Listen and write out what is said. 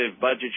budget